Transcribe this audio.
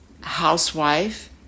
housewife